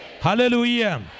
Hallelujah